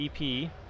ep